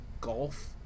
golf